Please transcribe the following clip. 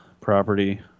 property